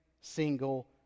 single